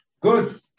good